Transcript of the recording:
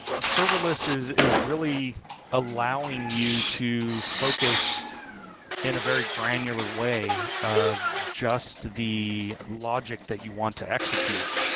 serverless is is really allowing you to focus in a very granular way of just the logic that you want to execute.